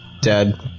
Dead